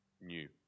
new